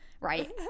right